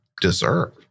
deserve